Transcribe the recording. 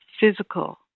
physical